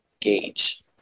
gauge